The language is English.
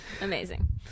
Amazing